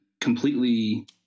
completely